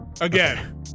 again